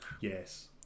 yes